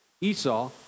Esau